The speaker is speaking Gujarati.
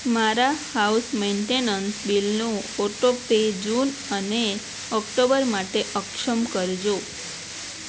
મારા હાઉસ મેન્ટેનન્સ બીલનું ઓટો પે જૂન અને ઓક્ટોબર માટે અક્ષમ કરજો